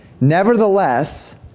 nevertheless